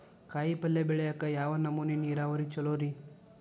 ಕಾಯಿಪಲ್ಯ ಬೆಳಿಯಾಕ ಯಾವ್ ನಮೂನಿ ನೇರಾವರಿ ಛಲೋ ರಿ?